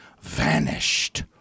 vanished